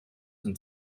and